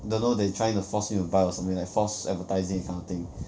don't know they trying to force me to buy or something like false advertising that kind of thing